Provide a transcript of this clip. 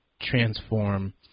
transform